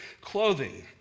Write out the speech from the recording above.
clothing